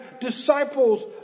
disciples